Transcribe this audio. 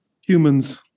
Humans